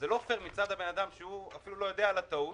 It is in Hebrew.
אז זה לא פייר מצד הבן אדם שהוא אפילו לא יודע על הטעות.